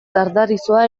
dardarizoa